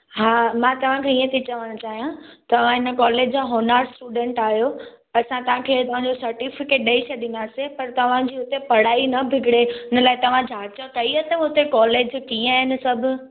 हा मां चवा थी हीअं ती चवण चाहियां त इन कॉलेज जा होनहारु स्टूडेंट आयो त असां तव्हांजो सटिफिकेट ॾेई छॾिंदासीं पर तव्हांजी हुते पढ़ाई न बिगड़े हिन लाइ तव्हां जांच कई अथव हुते कॉलेज कीअं आहिनि सभु